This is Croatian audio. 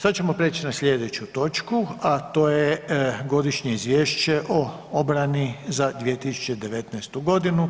Sad ćemo prijeći na slijedeću točku, a to je: - Godišnje izvješće o obrani za 2019.